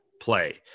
play